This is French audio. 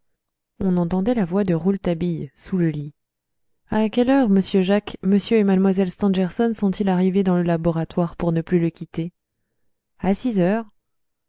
on entendait la voix de rouletabille sous le lit à quelle heure monsieur jacques m et mlle stangerson sont-ils arrivés dans le laboratoire pour ne plus le quitter à six heures